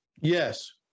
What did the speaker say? Yes